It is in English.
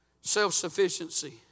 self-sufficiency